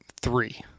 three